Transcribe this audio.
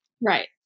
Right